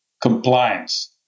compliance